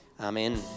amen